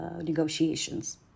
negotiations